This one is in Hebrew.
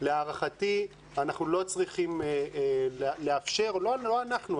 להערכתי אנחנו לא צריכים לאפשר לא אנחנו,